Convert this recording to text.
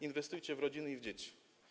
Inwestujcie w rodzinę i w dzieci.